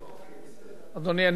אדוני, אני לא אגזול את זמנך.